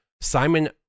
Simon